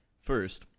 first,